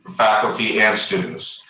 faculty and students.